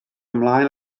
ymlaen